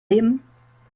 nehmen